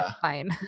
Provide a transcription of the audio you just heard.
Fine